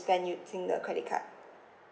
spend using the credit card